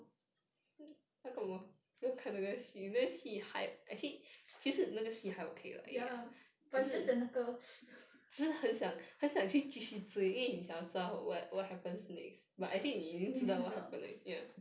ya lah but is just that 那个 已经知道